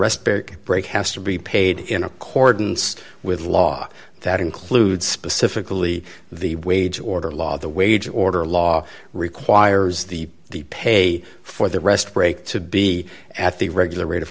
rest beric break has to be paid in accordance with law that includes specifically the wage order law the wage order law requires the pay for the rest break to be at the regular rate of